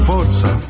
Forza